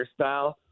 hairstyle